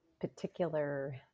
particular